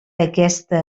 aquesta